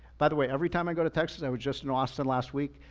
by the way, every time i go to texas, i was just in austin last week.